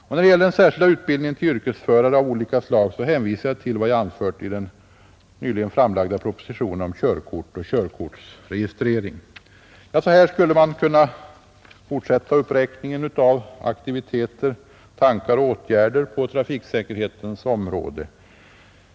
När det gäller den särskilda utbildningen till yrkesförare av olika slag hänvisar jag till vad jag anfört i den nyligen framlagda propositionen om körkort och körkortsregistrering. Så här skulle man kunna fortsätta uppräkningen av aktiviteter, tankar och åtgärder på trafiksäkerhetens område.